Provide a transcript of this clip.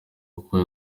urwo